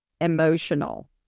emotional